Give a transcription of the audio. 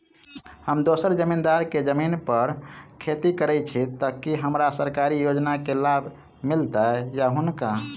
हम दोसर जमींदार केँ जमीन पर खेती करै छी तऽ की हमरा सरकारी योजना केँ लाभ मीलतय या हुनका?